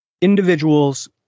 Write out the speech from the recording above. individuals